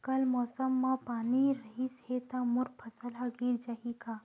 कल मौसम म नमी रहिस हे त मोर फसल ह गिर जाही का?